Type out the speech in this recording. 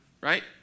right